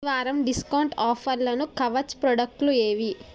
ఈ వారం డిస్కౌంట్ ఆఫర్లను కవచ్ ప్రొడక్ట్లు ఏవీ